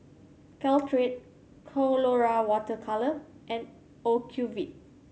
Caltrate Colora Water Colours and Ocuvite